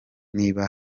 niba